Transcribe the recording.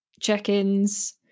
check-ins